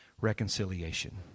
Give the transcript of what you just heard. reconciliation